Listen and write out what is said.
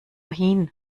hin